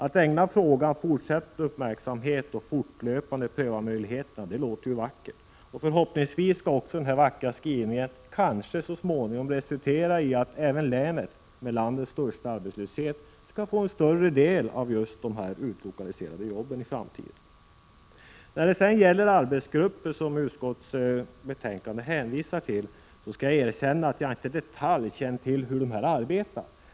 Att ägna frågan fortsatt uppmärksamhet och fortlöpande pröva möjligheterna, det låter vackert. Förhoppningsvis skall denna vackra skrivning kanske så småningom resultera i att även det län som har landets största arbetslöshet i framtiden skall få en större del av de utlokaliserade jobben. När det sedan gäller arbetsgrupper, som utskottsbetänkandet hänvisar till, skall jag erkänna att jag inte i detalj känner till hur de arbetar.